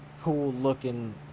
cool-looking